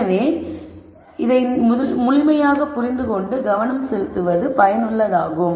எனவே இதை முழுமையாக புரிந்து கொண்டு கவனம் செலுத்துவது பயனுள்ளதாகும்